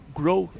grow